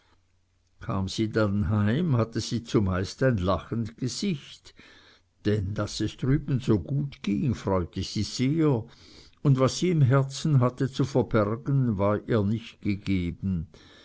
kam sie dann heim hatte sie zumeist ein lachend gesicht denn daß es drüben so gut ging freute sie sehr und was sie im herzen hatte zu verbergen war ihr nicht gegeben